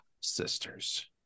Sisters